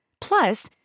Plus